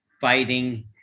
fighting